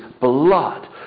blood